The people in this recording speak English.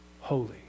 holy